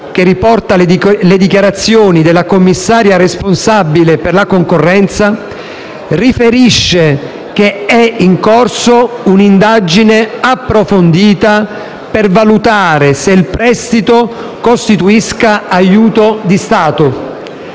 che riporta le dichiarazioni della commissaria responsabile per la concorrenza, riferisce che è in corso un'indagine approfondita per valutare se il prestito costituisca un aiuto di Stato